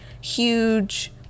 huge